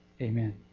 Amen